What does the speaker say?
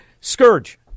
scourge